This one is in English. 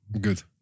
Good